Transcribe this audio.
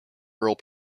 girl